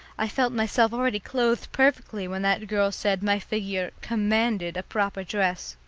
i felt myself already clothed perfectly when that girl said my figure commanded a proper dress.